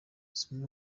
zimwe